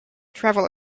travel